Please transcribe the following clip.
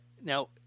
Now